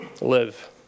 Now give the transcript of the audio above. live